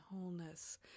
wholeness